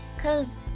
Cause